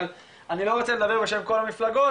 אבל אני לא רוצה לדבר בשם כל המפלגות,